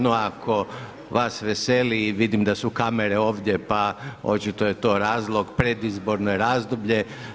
No ako vas veseli i vidim da su kamere ovdje pa očito je to razlog predizborno razdoblje.